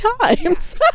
times